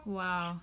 wow